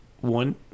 one